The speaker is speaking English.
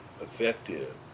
effective